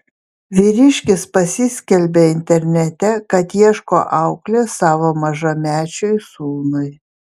vyriškis pasiskelbė internete kad ieško auklės savo mažamečiui sūnui